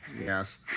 Yes